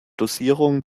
dosierung